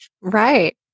Right